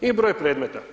I broj predmeta.